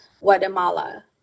Guatemala